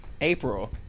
April